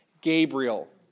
Gabriel